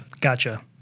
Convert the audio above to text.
Gotcha